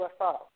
UFO